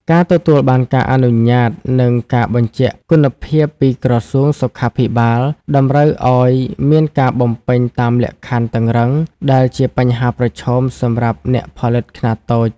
ការទទួលបានការអនុញ្ញាត និងការបញ្ជាក់គុណភាពពីក្រសួងសុខាភិបាលតម្រូវឱ្យមានការបំពេញតាមលក្ខខណ្ឌតឹងរ៉ឹង ដែលជាបញ្ហាប្រឈមសម្រាប់អ្នកផលិតខ្នាតតូច។